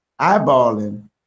Eyeballing